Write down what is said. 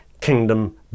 kingdom